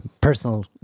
personal